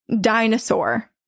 dinosaur